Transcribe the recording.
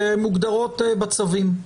שמוגדרות בצווים.